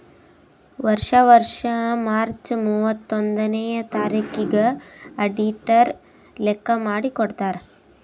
ವರ್ಷಾ ವರ್ಷಾ ಮಾರ್ಚ್ ಮೂವತ್ತೊಂದನೆಯ ತಾರಿಕಿಗ್ ಅಡಿಟರ್ ಲೆಕ್ಕಾ ಮಾಡಿ ಕೊಡ್ತಾರ್